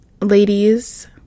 ladies